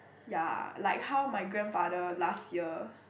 ya like how my grandfather last year